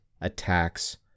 attacks